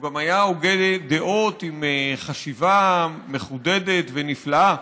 הוא גם היה הוגה דעות עם חשיבה מחודדת ונפלאה.